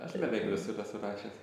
aš beveik visur esu rašęs